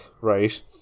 Right